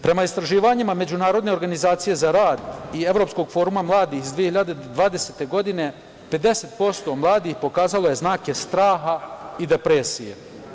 Prema istraživanjima Međunarodne organizacije za rad i Evropskog foruma mladih iz 2020. godine, 50% mladih pokazalo je znake straha i depresije.